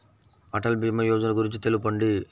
అటల్ భీమా యోజన గురించి తెలుపండి?